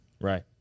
right